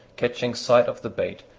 catching sight of the bait,